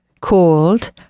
called